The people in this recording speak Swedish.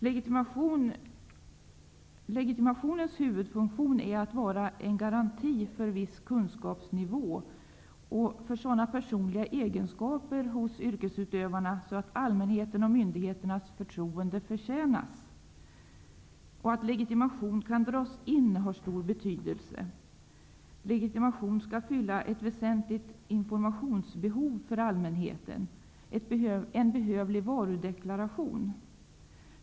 Legitimationens huvudfunktion är att vara en garanti för viss kunskapsnivå och för sådana personliga egenskaper hos yrkesutövarna så att allmänhetens och myndigheternas förtroende förtjänas. Att legitimation kan dras in har stor betydelse. Legitimationen skall fylla ett väsentligt informationsbehov för allmänheten, en behövlig varudeklaration.